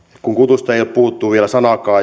kun kutusta ei ole puhuttu vielä sanaakaan